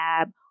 lab